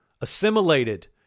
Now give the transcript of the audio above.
assimilated